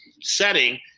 setting